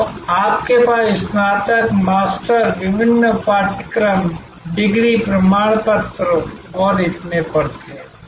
तो आपके पास स्नातक मास्टर विभिन्न पाठ्यक्रम डिग्री प्रमाण पत्र और इतने पर थे